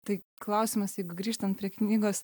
tai klausimas jeigu grįžtant prie knygos